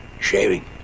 Shaving